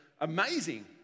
amazing